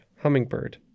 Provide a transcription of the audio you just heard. Hummingbird